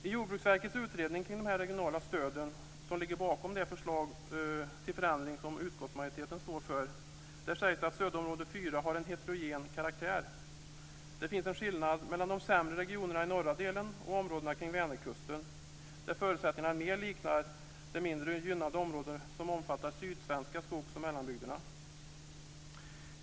I Jordbrukets utredning om de regionala stöden, som ligger bakom det förslag till förändring som utskottsmajoriteten står för, sägs att stödområde 4 har heterogen karaktär. Det finns en skillnad mellan de sämre regionerna i norra delen och områden kring Vänerkusten, där förutsättningarna mer liknar det mindre gynnade område som omfattar de sydsvenska skogs och mellanbygderna.